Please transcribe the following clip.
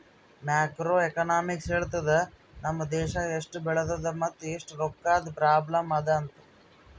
macro economics ಹೇಳ್ತುದ್ ನಮ್ ದೇಶಾ ಎಸ್ಟ್ ಬೆಳದದ ಮತ್ ಎಸ್ಟ್ ರೊಕ್ಕಾದು ಪ್ರಾಬ್ಲಂ ಅದಾ ಅಂತ್